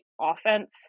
offense